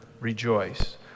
Rejoice